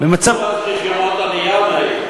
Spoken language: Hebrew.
לא נתנו רישיונות עלייה אז, מאיר.